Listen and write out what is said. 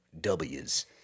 Ws